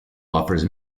offers